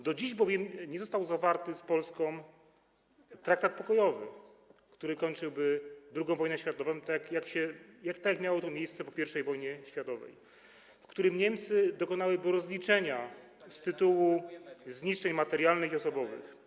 Do dziś bowiem nie został zawarty z Polską traktat pokojowy, który kończyłby II wojnę światową - tak jak miało to miejsce po I wojnie światowej - w którym Niemcy dokonałyby rozliczenia z tytułu zniszczeń materialnych i osobowych.